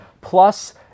Plus